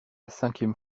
cinquième